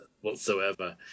whatsoever